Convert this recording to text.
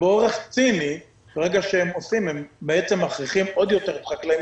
ובאורח ציני בעצם הם מכריחים עוד יותר את החקלאים